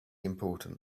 important